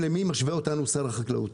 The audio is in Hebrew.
למי שמווה אותנו שר החקלאות?